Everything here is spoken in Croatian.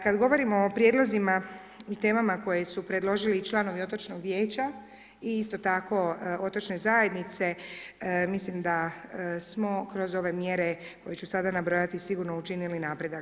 Kad govorimo o prijedlozima i temama koje su predložili i članovi Otočnog vijeća, i isto tako otočne zajednice, mislim da smo kroz ove mjere koje ću sada nabrojati, sigurno učinili napredak.